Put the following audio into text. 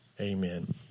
Amen